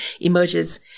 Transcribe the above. emerges